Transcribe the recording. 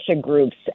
groups